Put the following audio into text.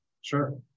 Sure